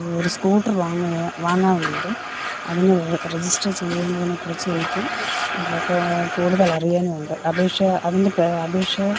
ഒരു സ്കൂട്ടർ വാങ്ങുകയാ വാങ്ങാനുണ്ട് അതിന് റജിസ്റ്റർ ചെയ്യുന്നതിനെ കുറിച്ച് എനിക്ക് കൂടുതലറിയാൻ ഉണ്ട് അപേക്ഷ അതിൻ്റെ അപേക്ഷ